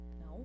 No